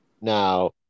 now